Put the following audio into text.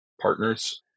partners